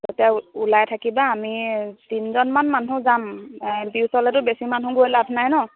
এতিয়া ওলাই থাকিবা আমি তিনিজনমান মানুহ যাম এম পি ওচৰলৈতো বেছি মানুহ গৈ লাভ নাই ন